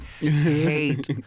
hate